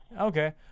Okay